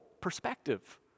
perspective